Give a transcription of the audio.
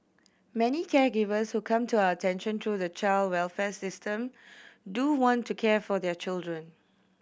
many caregivers who come to our attention to the child welfare system do want to care for their children